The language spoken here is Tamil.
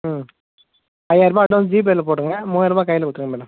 ம் ஐயாயரருபா அட்வான்ஸ் ஜிபேல போட்டிருங்க மூவாயரருபா கையில கொடுத்துருங்க மேடம்